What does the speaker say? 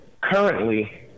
currently